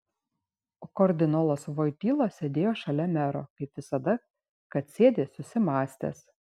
o kardinolas voityla sėdėjo šalia mero kaip visada kad sėdi susimąstęs